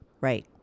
Right